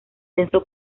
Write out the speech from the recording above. denso